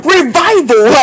Revival